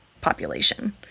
population